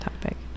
topic